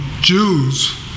Jews